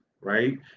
right